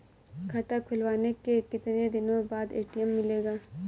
खाता खुलवाने के कितनी दिनो बाद ए.टी.एम मिलेगा?